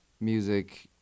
music